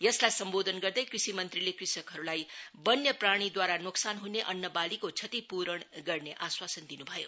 यसलाई सम्बोधन गर्दै कृषि मंत्रीले कृषकहरूलाई वन्यप्राणीद्वारा नोकसान हुने अन्नवालीको क्षतिपूरण गर्ने आश्वासन दिन् भयो